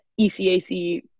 ECAC